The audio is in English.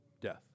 death